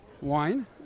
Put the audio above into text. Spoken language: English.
wine